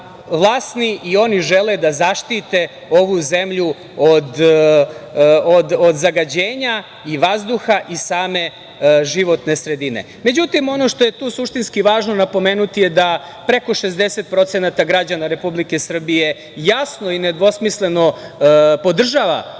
i oni žele da zaštite ovu zemlju od zagađenja i vazduha i same životne sredine.Međutim, ono što je tu suštinski važno napomenuti je da preko 60% građana Republike Srbije jasno i nedvosmisleno podržava